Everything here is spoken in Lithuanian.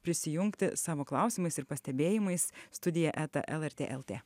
prisijungti savo klausimais ir pastebėjimais studija eta lrt lt